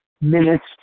minutes